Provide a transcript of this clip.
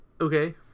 Okay